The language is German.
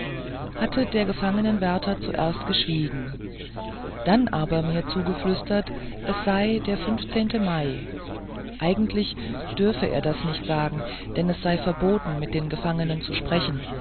hatte der gefangenwärter zuerst geschwiegen dann aber mir zugeflüstert es sei der mai eigentlich dürfe er es nicht sagen denn es sei verboten mit den gefangenen zu sprechen